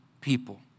people